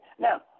now